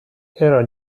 era